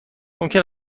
ممکن